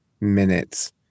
minutes